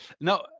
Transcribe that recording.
No